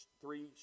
three